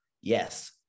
yes